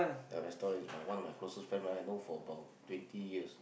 the restaurant is by one of my closest friend right I know for about twenty years